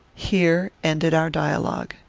here ended our dialogue.